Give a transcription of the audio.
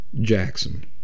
Jackson